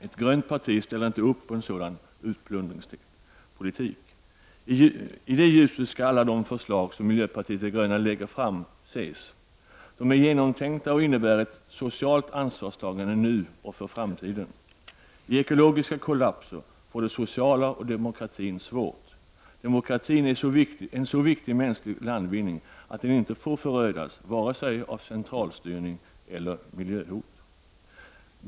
Ett grönt parti ställer inte upp på en sådan utplundringspolitik. I det ljuset skall alla de förslag som miljöpartiet de gröna lägger fram ses. De är genomtänkta och innebär ett socialt ansvarstagande nu och för framtiden. I ekologiska kollapser får det sociala och demokratin det svårt. Demokratin är en så viktig mänsklig landvinning att den inte får förödas vare sig av centralstyrning eller miljöhot.